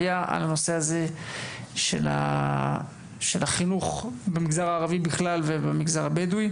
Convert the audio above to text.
היה על הנושא הזה של חינוך במגזר הערבי ובפרט במגזר הבדואי.